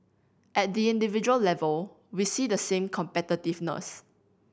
at the individual level we see the same competitiveness